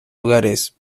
lugares